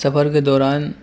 سفر کے دوران